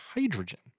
hydrogen